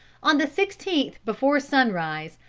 on the sixteenth, before sunrise,